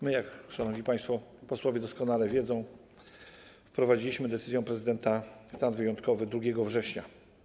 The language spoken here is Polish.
My, jak szanowni państwo posłowie doskonale wiedzą, wprowadziliśmy decyzją prezydenta stan wyjątkowy 2 września.